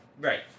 Right